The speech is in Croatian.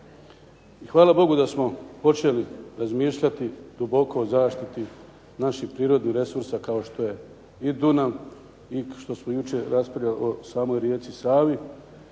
hvala Bogu da smo počeli razmišljati duboko o zaštiti naših prirodnih resursa kao što je i Dunav i što smo jučer raspravljali o samoj rijeci Savi,